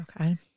Okay